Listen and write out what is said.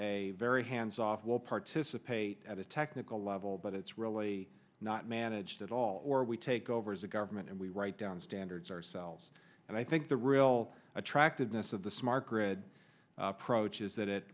a very hands off will participate at a technical level but it's really not managed at all or we take over as a government and we write down standards ourselves and i think the real attractiveness of the smart grid approach is that